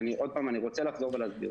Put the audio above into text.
עוד פעם, אני רוצה לחזור ולהסביר.